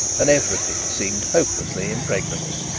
and everything seemed hopelessly impregnable.